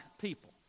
people